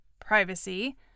privacy